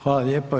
Hvala lijepo.